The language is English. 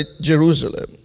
Jerusalem